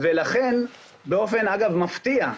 לכן, באופן מפתיע,